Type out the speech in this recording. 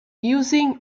using